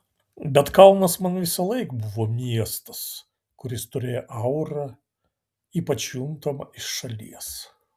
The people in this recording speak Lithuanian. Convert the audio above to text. bet kaunas man visąlaik buvo miestas kuris turėjo aurą ypač juntamą iš šalies